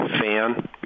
fan